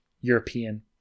European